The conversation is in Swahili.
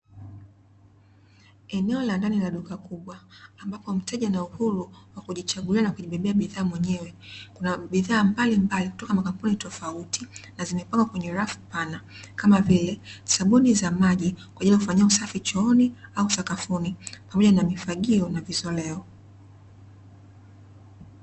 Eneo la ndani la duka kubwa ambapo mteja ana uhuru wa kujichagulia na kujibebea bidhaa mwenyewe. Kuna bidhaa mbalimbali kutoka makampuni tofauti na zimepangwa kwenye rafu pana, kama vile: sabuni za maji kwa ajili ya kufanyia usafi chooni au sakafuni, pamoja na mifagio na vizoleo.